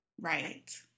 Right